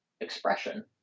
expression